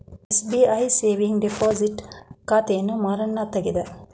SBI saving deposit ಖಾತೆಯನ್ನು ಮಾರಣ್ಣ ತೆಗದ